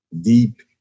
deep